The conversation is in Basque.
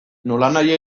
nolanahi